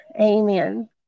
Amen